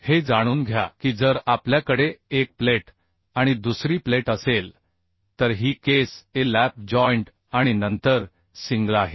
हे जाणून घ्या की जर आपल्याकडे एक प्लेट आणि दुसरी प्लेट असेल तर ही केस A लॅप जॉइंट आणि नंतर सिंगल आहे